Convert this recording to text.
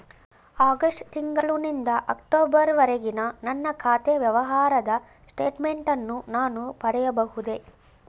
August ತಿಂಗಳು ನಿಂದ October ವರೆಗಿನ ನನ್ನ ಖಾತೆ ವ್ಯವಹಾರದ ಸ್ಟೇಟ್ಮೆಂಟನ್ನು ನಾನು ಪಡೆಯಬಹುದೇ?